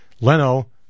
Leno